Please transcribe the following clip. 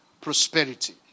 prosperity